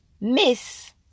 miss